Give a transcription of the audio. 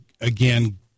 again